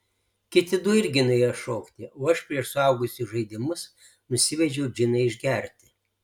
kiti du irgi nuėjo šokti o aš prieš suaugusiųjų žaidimus nusivedžiau džiną išgerti